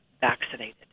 vaccinated